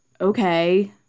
okay